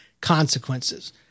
consequences